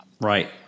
Right